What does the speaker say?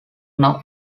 now